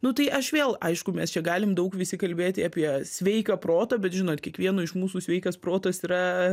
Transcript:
nu tai aš vėl aišku mes čia galim daug visi kalbėti apie sveiką protą bet žinot kiekvieno iš mūsų sveikas protas yra